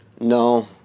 No